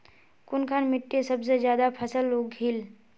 कुनखान मिट्टी सबसे ज्यादा फसल उगहिल?